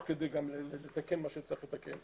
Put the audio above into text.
אל תבזבז את כל האנרגיה בבת אחת.